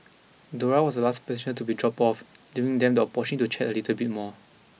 Dora was the last passenger to be dropped off leaving them the abortion to chat a little bit more